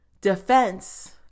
defense